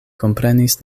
komprenis